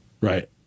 right